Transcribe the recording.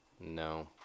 No